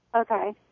Okay